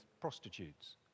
prostitutes